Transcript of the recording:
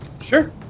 Sure